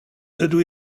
dydw